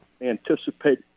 anticipate